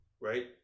right